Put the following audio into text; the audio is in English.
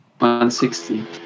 160